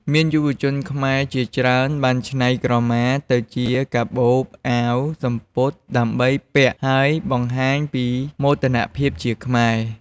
មានយុវវ័យខ្មែរជាច្រើនបានច្នៃក្រមាទៅជាកាបូប អាវ សំពត់ ដើម្បីពាក់ ហើយបង្ហាញពីមោទនភាពជាខ្មែរ។